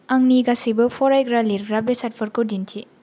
आंनि गासैबो फरायग्रा लिरग्रा बेसादफोरखौ दिन्थि